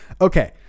Okay